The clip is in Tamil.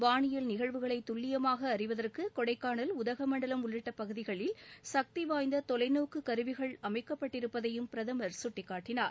வானியல் நிகழ்வுகளை துல்லியமாக அறிவதற்கு கொடைக்கானல் உதகமண்டலம் உள்ளிட்ட பகுதிகளில் சக்தி வாய்ந்த தொலைநோக்கு கருவிகள் அமைக்கப்பட்டிருப்பதையும் பிரதமர் சுட்டிக்காட்டினார்